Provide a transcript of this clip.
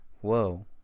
Whoa